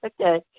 Okay